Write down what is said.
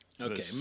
okay